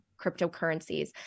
cryptocurrencies